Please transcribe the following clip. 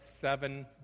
seven